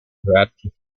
throughout